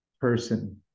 person